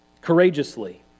courageously